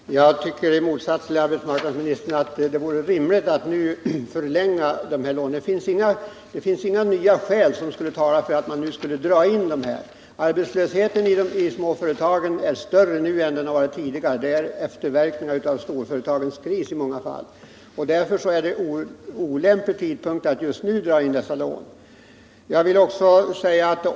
Herr talman! Jag tycker, i motsats till arbetsmarknadsministern, att det vore rimligt att nu förlänga tiden för de här lånen. Det finns inga nya skäl som skulle tala för att nu dra in dem. Arbetslösheten i småföretagen är större nu än den varit tidigare. Det är i många fall efterverkningar av storföretagens kris i vissa branscher. Därför är det olämpligt att just nu dra in dessa lån.